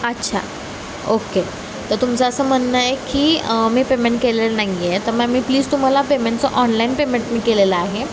अच्छा ओके तर तुमचं असं म्हणणं आहे की मी पेमेंट केलेलं नाही आहे तर मॅम मी प्लीज तुम्हाला पेमेंटचं ऑनलाईन पेमेंट मी केलेलं आहे